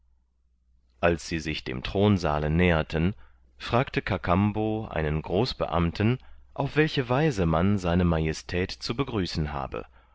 als sie sich dem thronsaale näherten fragte kakambo einen großbeamten auf welche weise man se majestät zu begrüßen habe